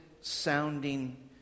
sounding